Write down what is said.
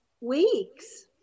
weeks